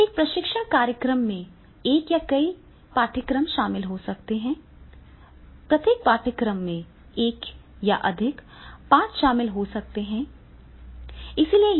एक प्रशिक्षण कार्यक्रम में एक या कई पाठ्यक्रम शामिल हो सकते हैं प्रत्येक पाठ्यक्रम में एक या अधिक पाठ शामिल हो सकते हैं